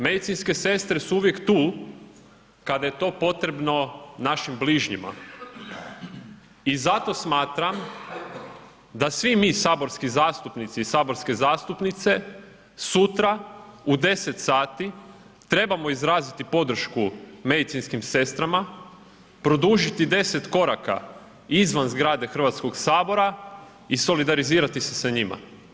Medicinske sestre su uvijek tu kada je to potrebno našim bližnjima i zato smatram da svi mi saborski zastupnici i saborske zastupnice sutra u 10 sati trebamo izraziti podršku medicinskim sestrama, produžiti 10 koraka izvan zgrade HS-a i solidarizirati se sa njima.